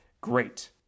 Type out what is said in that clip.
great